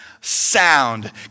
Sound